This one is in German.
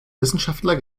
wissenschaftler